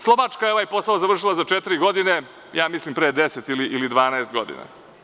Slovačka je ovaj posao završila za četiri godine, ja mislim pre deset ili dvanaest godina.